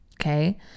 Okay